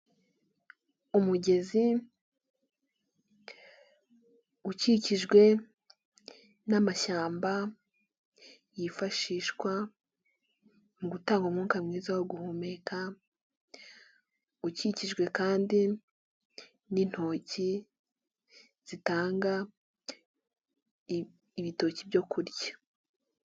Umugezi, ukikijwe n'amashyamba, yifashishwa, mu gutanga umwuka mwiza wo guhumeka, ukikijwe kandi n'intoki, zitanga, ibitoki byo kurya.